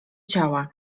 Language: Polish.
ciała